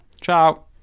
Ciao